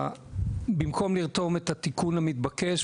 במקום לרתום את התיקון המתבקש,